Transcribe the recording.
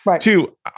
Two